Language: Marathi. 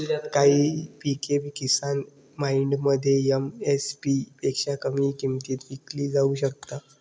काही पिके किसान मंडईमध्ये एम.एस.पी पेक्षा कमी किमतीत विकली जाऊ शकत नाहीत